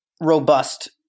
robust